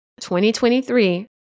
2023